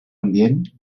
ambient